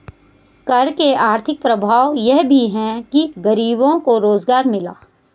कर के आर्थिक प्रभाव यह भी है कि गरीबों को रोजगार मिला